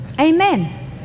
Amen